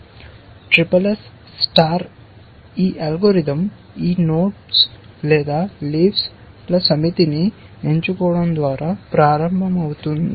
SSS SSS star ఈ algorithm ఈ nodes లేదా లీఫ్ ల సమితిని ఎంచుకోవడం ద్వారా ప్రారంభమవుతుంది